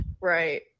Right